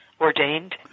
ordained